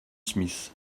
smith